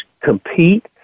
compete